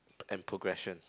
and progression